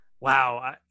Wow